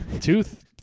tooth